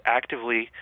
actively